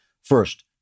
First